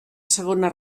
segona